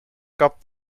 kapt